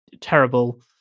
terrible